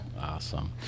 Awesome